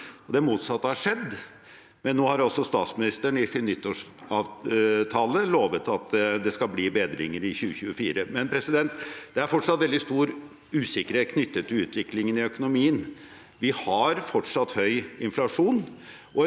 det motsatte har skjedd. Nå har også statsministeren i sin nyttårstale lovet at det skal bli bedringer i 2024, men det er fortsatt veldig stor usikkerhet knyttet til utviklingen i økonomien. Vi har fortsatt høy inflasjon,